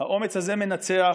האומץ הזה מנצח.